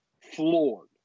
floored